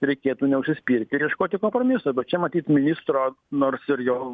reikėtų neužsispirti ir ieškoti kompromiso bet čia matyt ministro nors ir jo